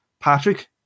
Patrick